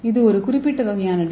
இது ஒரு குறிப்பிட்ட வகையான டி